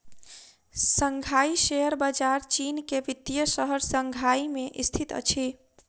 Shanghai share बजार चीन के वित्तीय शहर शंघाई में स्थित अछि